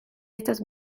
estas